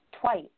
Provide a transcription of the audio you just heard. twice